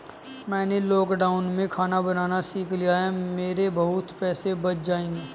मैंने लॉकडाउन में खाना बनाना सीख लिया है, मेरे बहुत पैसे बच जाएंगे